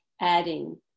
adding